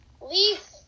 Leaf